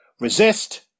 Resist